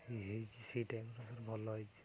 ହୋଇଛି ସେଇ ଟାଇପ୍ର ଭଲ ହୋଇଛି